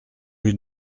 lui